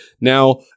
Now